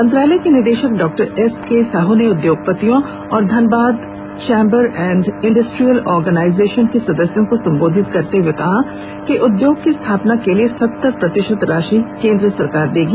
मंत्रालय के निदेशक डॉ एस के साहू ने उद्योगपतियों और Dhanbad chamber and industrial organisation के सदस्यों को संबोधित करते हुए आज कहा कि उद्योग की स्थापना के लिए सत्तर प्रतिशत राशि केन्द्र सरकार देगी